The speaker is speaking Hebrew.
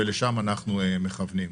ולשם אנחנו מכוונים.